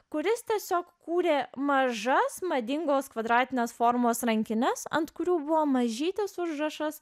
kuris tiesiog kūrė mažas madingos kvadratinės formos rankines ant kurių buvo mažytis užrašas